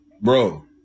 bro